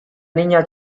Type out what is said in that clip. niña